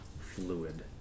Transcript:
fluid